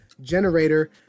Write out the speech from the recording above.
generator